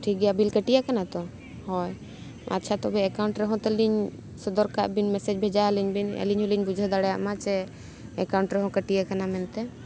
ᱴᱷᱤᱠ ᱜᱮᱭᱟ ᱵᱤᱞ ᱠᱟᱹᱴᱤ ᱟᱠᱟᱱᱟ ᱛᱚ ᱦᱳᱭ ᱟᱪᱪᱷᱟ ᱛᱚᱵᱮ ᱮᱠᱟᱣᱩᱱᱴ ᱨᱮᱦᱚᱸ ᱛᱟᱹᱞᱤᱧ ᱥᱚᱫᱚᱨᱠᱟᱜ ᱵᱤᱱ ᱢᱮᱥᱮᱡᱽ ᱵᱷᱮᱡᱟ ᱟᱹᱞᱤᱧ ᱵᱤᱱ ᱟᱹᱞᱤᱧ ᱦᱚᱸᱞᱤᱧ ᱵᱩᱡᱷᱟᱹᱣ ᱫᱟᱲᱮᱭᱟᱜ ᱢᱟ ᱡᱮ ᱮᱠᱟᱣᱩᱱᱴ ᱨᱮᱦᱚᱸ ᱠᱟᱹᱴᱤ ᱟᱠᱟᱱᱟ ᱢᱮᱱᱛᱮ